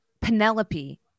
Penelope